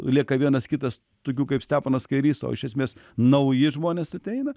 lieka vienas kitas tokių kaip steponas kairys o iš esmės nauji žmonės ateina